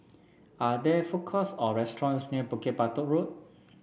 are there food courts or restaurants near Bukit Batok Road